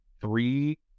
three